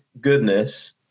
goodness